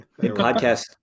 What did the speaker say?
Podcast